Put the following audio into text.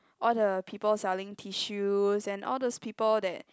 all the people selling tissues and all those people that